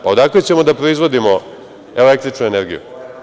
Odakle ćemo da proizvodimo električnu energiju?